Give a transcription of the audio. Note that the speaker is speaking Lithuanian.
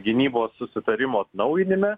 gynybos susitarimo atnaujinime